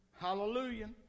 Hallelujah